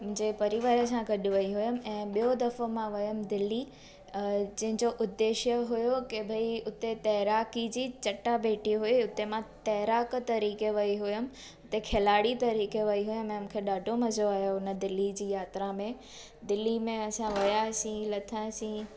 मुंहिंजे परिवार सां गॾु वई हुयमि ऐं ॿियों दफ़ो मां वियमि दिल्ली अ जंहिंजो उद्देश्य हुयो की भाई उते तैराकी जी चटाभेटी हुई हुते मां तैराक तरीक़े वई हुयमि त खिलाड़ी तरीक़े वई हुयमि ऐं मूंखे ॾाढो मज़ो आयो हुन दिल्ली जी यात्रा में दिल्ली में असां वियासीं लथासीं